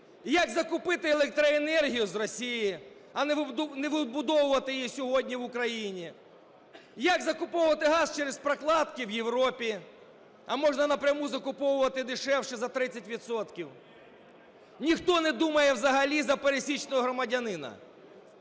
як закупити електроенергію з Росії, а не видобувати її сьогодні в Україні; як закуповувати газ через прокладки в Європі, а можна напряму закуповувати дешевше за 30 відсотків. Ніхто не думає взагалі за пересічного громадянина.